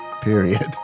Period